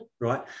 right